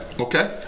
okay